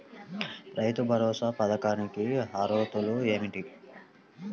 రైతు భరోసా పథకానికి అర్హతలు ఏమిటీ?